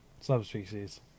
subspecies